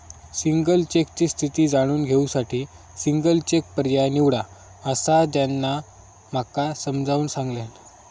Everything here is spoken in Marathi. सिंगल चेकची स्थिती जाणून घेऊ साठी सिंगल चेक पर्याय निवडा, असा त्यांना माका समजाऊन सांगल्यान